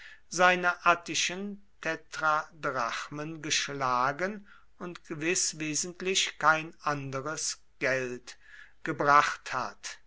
seine attischen tetradrachmen geschlagen und gewiß wesentlich kein anderes geld gebracht hat